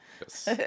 Yes